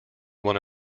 one